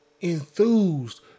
enthused